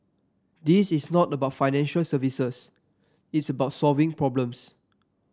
this is not about financial services it's about solving problems